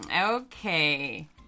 okay